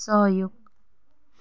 सहयोग